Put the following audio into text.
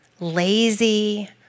lazy